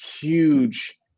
huge